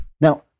Now